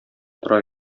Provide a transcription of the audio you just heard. тора